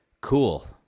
cool